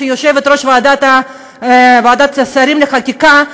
שהיא יושבת-ראש ועדת השרים לחקיקה,